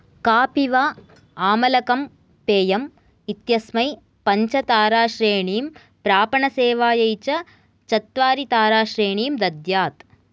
कापि वा आमलकं पेयम् इत्यस्मै पञ्चताराश्रेणीं प्रापणसेवायै च चत्वरिताराश्रेणीं दद्यात्